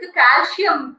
calcium